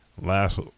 Last